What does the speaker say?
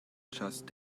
just